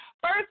First